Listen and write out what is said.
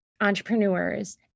entrepreneurs